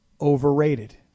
Overrated